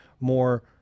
more